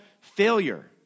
failure